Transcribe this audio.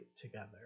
together